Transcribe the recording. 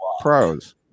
pros